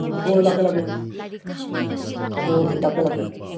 ꯍꯣꯏ ꯂꯥꯛꯀꯦ ꯂꯥꯛꯀꯦ ꯍꯣꯏ ꯍꯣꯏ ꯂꯥꯛꯀꯦ ꯂꯥꯛꯀꯦ